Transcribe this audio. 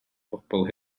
bobl